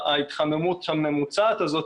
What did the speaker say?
ההתחממות הממוצעת הזאת,